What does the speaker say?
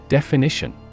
Definition